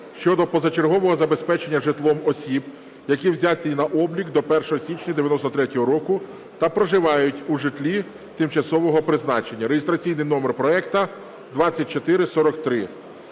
щодо позачергового забезпечення житлом осіб, які взяті на облік до 01 січня 1993 року та проживають у житлі тимчасового призначення (реєстраційний номер проекту 2443).